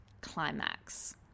climax